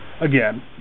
Again